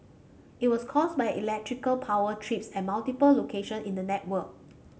it was caused by electrical power trips at multiple location in the network